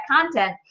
content